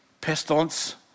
pestilence